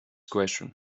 question